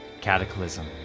cataclysm